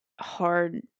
hard